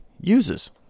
uses